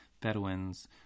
Bedouins